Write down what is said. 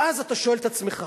ואז אתה שואל את עצמך,